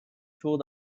tool